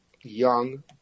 young